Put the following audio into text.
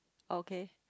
okay